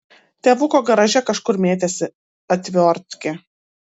tėvuko garaže kažkur mėtėsi atviortkė